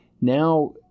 Now